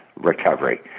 recovery